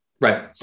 Right